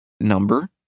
number